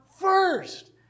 first